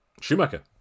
Schumacher